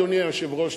אדוני היושב-ראש,